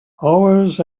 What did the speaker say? always